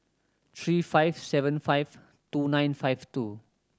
three five seven five two nine five two